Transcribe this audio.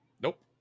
Nope